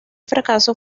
fracaso